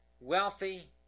wealthy